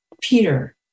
Peter